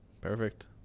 perfect